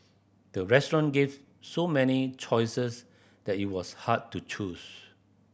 the restaurant gave so many choices that it was hard to choose